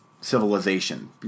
civilization